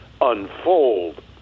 unfold